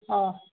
অঁ